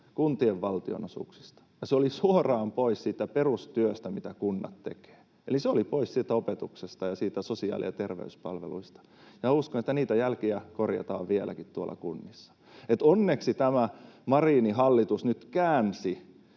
kuntien valtionosuuksista, ja se oli suoraan pois siitä perustyöstä, mitä kunnat tekevät. Eli se oli pois opetuksesta ja sosiaali- ja terveyspalveluista, ja uskon, että niitä jälkiä korjataan vieläkin kunnissa. Onneksi tämä Marinin hallitus nyt käänsi